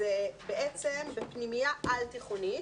אז אנחנו מדברים בפנימייה על תיכונית,